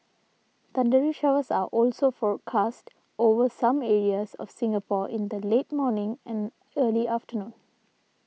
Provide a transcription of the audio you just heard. thundery showers are also forecast over some areas of Singapore in the late morning and early afternoon